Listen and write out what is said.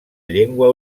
llengua